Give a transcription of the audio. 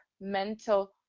mental